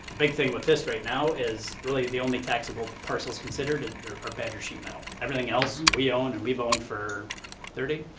big thing with this right now is really, the only taxable parcel's considered and there are badger sheet metal. everything else, we own and we've owned for thirty?